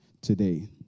today